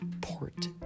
Port